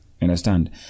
understand